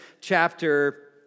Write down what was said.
chapter